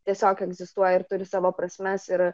tiesiog egzistuoja ir turi savo prasmes ir